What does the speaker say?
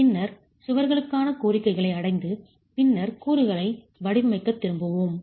பின்னர் சுவர்களுக்கான கோரிக்கைகளை அடைந்து பின்னர் கூறுகளை வடிவமைக்கத் திரும்பவும்